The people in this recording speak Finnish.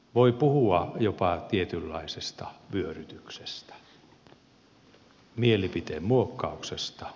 voi puhua jopa tietynlaisesta vyörytyksestä mielipiteen muokkauksesta